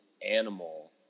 animal